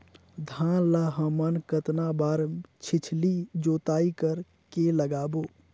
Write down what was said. धान ला हमन कतना बार छिछली जोताई कर के लगाबो?